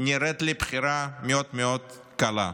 נראית לי בחירה מאוד מאוד קלה.